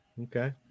okay